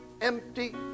empty